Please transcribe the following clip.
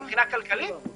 מבחינה כלכלית,